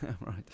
Right